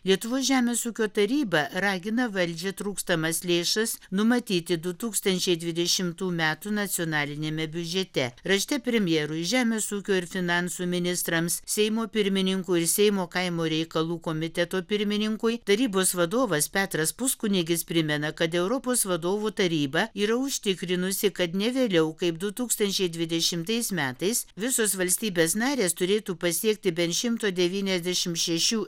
lietuvos žemės ūkio taryba ragina valdžią trūkstamas lėšas numatyti du tūkstančiai dvidešimtų metų nacionaliniame biudžete rašte premjerui žemės ūkio ir finansų ministrams seimo pirmininkui ir seimo kaimo reikalų komiteto pirmininkui tarybos vadovas petras puskunigis primena kad europos vadovų taryba yra užtikrinusi kad ne vėliau kaip du tūkstančiai dvidešimtais metais visos valstybės narės turėtų pasiekti bent šimto devyniasdešim šešių